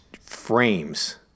frames